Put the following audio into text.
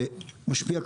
וזה משפיע,